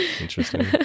Interesting